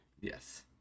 Yes